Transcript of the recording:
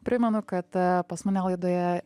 primenu kad pas mane laidoje